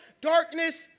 darkness